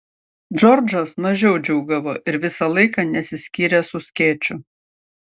džordžas mažiau džiūgavo ir visą laiką nesiskyrė su skėčiu